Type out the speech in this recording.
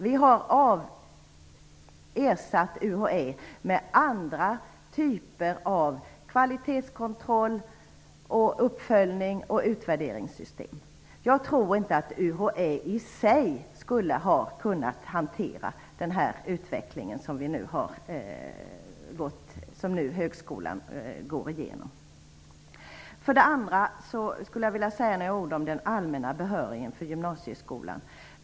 Vi har ersatt UHÄ med andra typer av kvalitetskontroll, uppföljnings och utvärderingssystem. Jag tror inte att UHÄ i sig skulle ha kunnat hantera den utveckling som högskolan nu går igenom. Dessutom skulle jag vilja säga några ord om den allmänna behörigheten från gymnasieskolan.